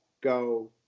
go